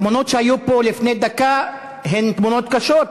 התמונות שהיו פה לפני דקה הן תמונות קשות,